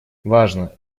важно